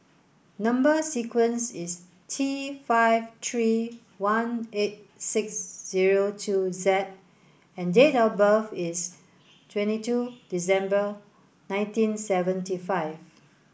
number sequence is T five three one eight six zero two Z and date of birth is twenty two December nineteen seventy five